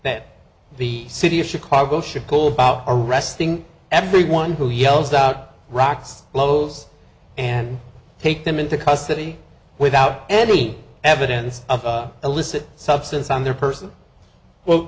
that the city of chicago should go about arresting everyone who yells out rocks close and take them into custody without any evidence of illicit substance on their person well